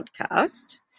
podcast